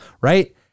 right